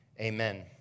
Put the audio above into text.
Amen